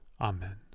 Amen